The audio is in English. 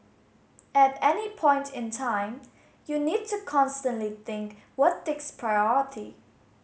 at any point in time you need to constantly think what takes priority